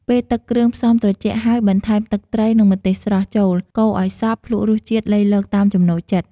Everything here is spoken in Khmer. ពេលទឹកគ្រឿងផ្សំត្រជាក់ហើយ បន្ថែមទឹកត្រី និងម្ទេសស្រស់ ចូល កូរឲ្យសព្វ ភ្លក់រសជាតិលៃលកតាមចំណូលចិត្ត។